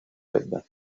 web